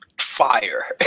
Fire